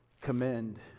Commend